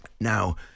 Now